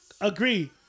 Agree